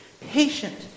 patient